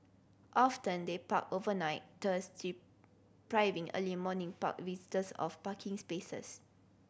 often they park overnight thus depriving early morning park visitors of parking spaces